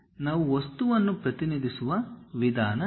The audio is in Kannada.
ನಾವು ವಸ್ತುವನ್ನು ಪ್ರತಿನಿಧಿಸುವ ವಿಧಾನ ಇದು